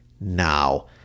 now